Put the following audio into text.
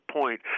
point